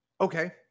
Okay